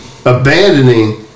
abandoning